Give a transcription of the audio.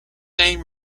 name